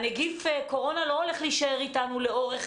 נגיף קורונה לא הולך להישאר איתנו לאורך